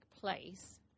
place